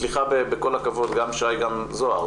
סליחה בכל הכבוד גם שי גם זהר,